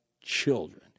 children